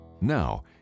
Now